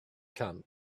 camp